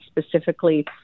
specifically